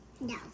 No